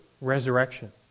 resurrection